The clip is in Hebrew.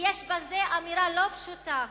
ויש בזה אמירה לא פשוטה,